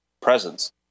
presence